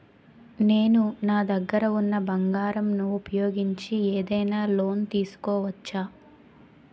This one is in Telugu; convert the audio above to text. నేను నా దగ్గర ఉన్న బంగారం ను ఉపయోగించి ఏదైనా లోన్ తీసుకోవచ్చా?